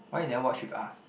why you never watch with us